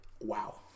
Wow